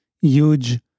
huge